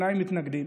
ששניים מתנגדים,